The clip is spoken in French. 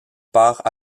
part